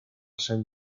sant